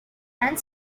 and